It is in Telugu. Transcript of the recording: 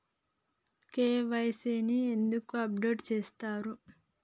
కే.వై.సీ ని ఎందుకు అప్డేట్ చేత్తరు?